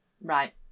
Right